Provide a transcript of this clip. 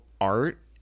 Art